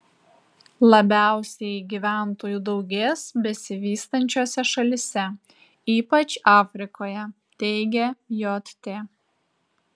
labiausiai gyventojų daugės besivystančiose šalyse ypač afrikoje teigia jt